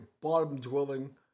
bottom-dwelling